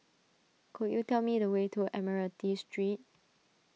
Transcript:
could you tell me the way to Admiralty Street